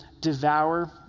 devour